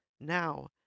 now